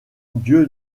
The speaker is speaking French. dieu